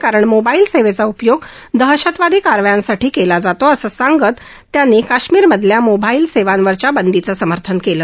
कारण मोबाईल सेवेचा उपयोग दहशतवादी कारवायांसाठी ही केला जातो असं सांगत त्यांनी काश्मिरमधल्या मोबाईल सेवांवरच्या बंदीचं समर्थन केलं